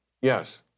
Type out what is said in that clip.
Yes